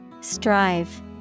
Strive